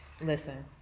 Listen